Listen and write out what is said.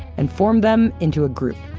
and formed them into a group,